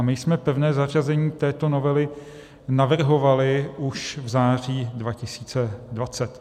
My jsme pevné zařazení této novely navrhovali už v září 2020.